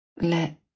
let